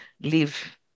live